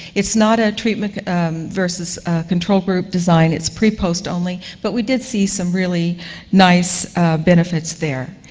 it's not a treatment versus control group design. it's pre-post only, but we did see some really nice benefits there.